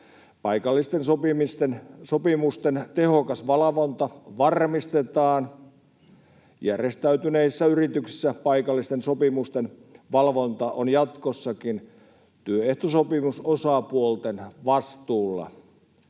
Paikallisten sopimusten tehokas valvonta varmistetaan järjestäytyneissä yrityksissä. Paikallisten sopimusten valvonta on jatkossakin työehtosopimusosapuolten vastuulla.